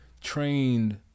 trained